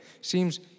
Seems